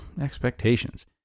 expectations